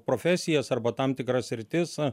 profesijas arba tam tikras sritis